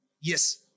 yes